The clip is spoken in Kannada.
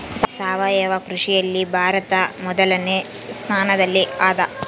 ಸಾವಯವ ಕೃಷಿಯಲ್ಲಿ ಭಾರತ ಮೊದಲನೇ ಸ್ಥಾನದಲ್ಲಿ ಅದ